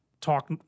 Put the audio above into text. talk